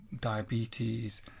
diabetes